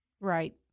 right